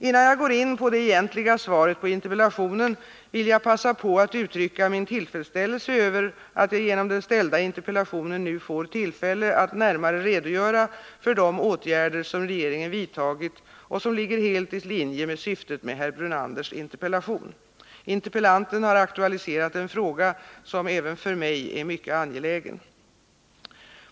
Innan jag går in på det egentliga svaret på interpellationen vill jag passa på att uttrycka min tillfredsställelse över att jag genom den framställda interpellationen nu får tillfälle att närmare redogöra för de åtgärder som regeringen vidtagit och som ligger helt i linje med syftet med herr Brunanders interpellation. Interpellanten har aktualiserat en fråga som även för mig är mycket angelägen.